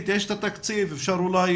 תקציב, יש את התקציב ואפשר אולי